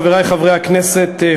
חברי חברי הכנסת,